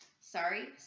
Sorry